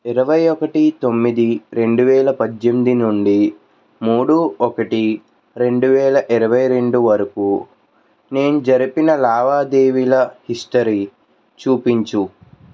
ఇరవై ఒకటి తొమ్మిది రెండువేల పద్దెనిమిది నుండి మూడు ఒకటి రెండు వేల ఇరవై రెండు వరకు నేను జరిపిన లావాదేవీల హిస్టరీ చూపించుము